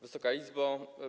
Wysoka Izbo!